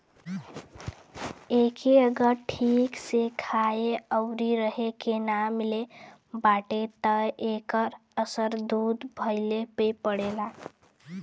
एके अगर ठीक से खाए आउर रहे के ना मिलत बाटे त एकर असर दूध भइले पे पड़ेला